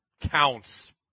counts